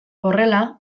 horrela